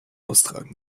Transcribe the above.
austragen